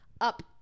up